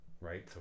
right